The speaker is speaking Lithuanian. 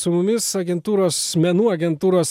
su mumis agentūros menų agentūros